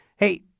Hey